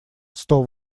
сто